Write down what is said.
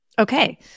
Okay